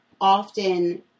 often